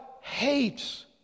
hates